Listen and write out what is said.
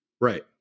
Right